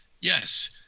Yes